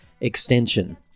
Extension